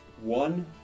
one